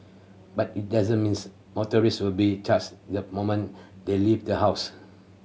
but it doesn't means motorists will be charged the moment they leave the house